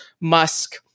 Musk